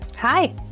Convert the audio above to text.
Hi